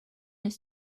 his